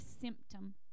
symptom